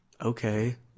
okay